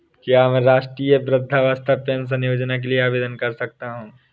क्या मैं राष्ट्रीय वृद्धावस्था पेंशन योजना के लिए आवेदन कर सकता हूँ?